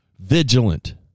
vigilant